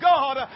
God